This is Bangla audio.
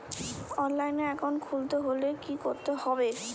অনলাইনে একাউন্ট খুলতে হলে কি করতে হবে?